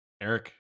Eric